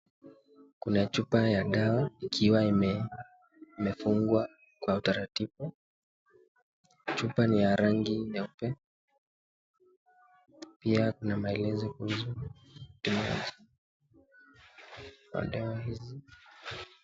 Kuna chupa ya dawa ikiwa imefungwa kwa utaratibu , chuoa ni ya rangi nyeupe, pia kuna maelezo kuhusu madawa hizi.